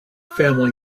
family